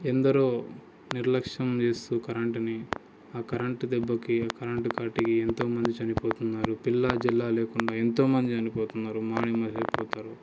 ఎందరో నిర్లక్ష్యం చేస్తూ కరెంట్ని ఆ కరెంట్ దెబ్బకి కరెంట్ కాటుకి ఎంతోమంది చనిపోతున్నారు పిల్లా జల్లా లేకుండా ఎంతోమంది చనిపోతున్నారు మాయమైపోతారు